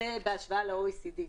הוא השוואה ל-OECD.